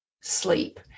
sleep